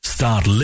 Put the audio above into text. Start